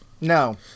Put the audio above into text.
No